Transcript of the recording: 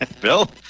Bill